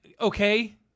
okay